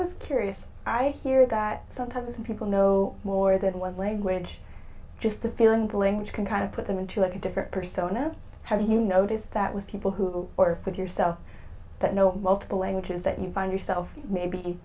was curious i hear that sometimes people know more than one language just the feeling the language can kind of put them into a different persona have you noticed that with people who or with yourself that no multiple languages that you find yourself maybe